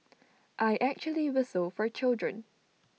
I actually whistle for children